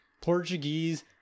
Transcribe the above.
Portuguese